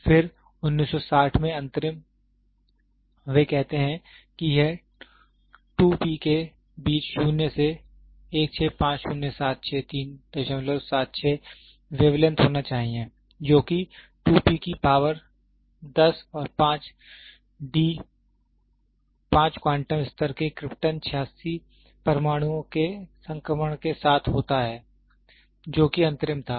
फिर 1960 में अंतरिम वे कहते हैं कि यह 2 p के बीच शून्य से 165076373 वेवलेंथ होना चाहिए जो कि 2 p की पावर 10 और 5 डी 5 क्वांटम स्तर के क्रिप्टन 86 परमाणुओं के संक्रमण के साथ होता है जो कि अंतरिम था